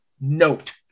note